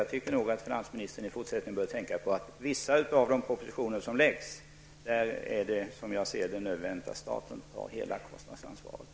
Jag menar därför att finansministern i fortsättningen bör tänka på att det i fråga om vissa av de propositioner som läggs fram är nödvändigt att staten tar hela kostnadsansvaret.